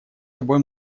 собой